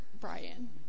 Brian